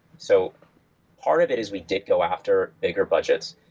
so part of it is we did go after bigger budgets.